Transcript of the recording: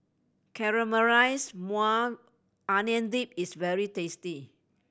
Caramelized Maui Onion Dip is very tasty